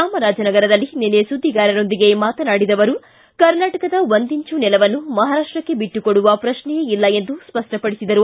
ಚಾಮರಾಜನಗರದಲ್ಲಿ ನಿನ್ನೆ ಸುದ್ವಿಗಾರರೊಂದಿಗೆ ಮಾತನಾಡಿದ ಅವರು ಕರ್ನಾಟಕದ ಒಂದಿಂಚು ನೆಲವನ್ನು ಮಹಾರಾಷ್ಟಕ್ಕ ಬಿಟ್ಟು ಕೊಡುವ ಪ್ರಶ್ನೆಯೇ ಇಲ್ಲ ಎಂದು ಸ್ಪಷ್ಟಪಡಿಸಿದರು